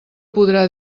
podrà